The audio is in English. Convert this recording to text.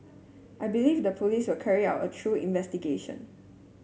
I believe the police will carry out a through investigation